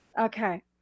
okay